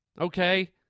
Okay